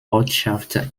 ortschaft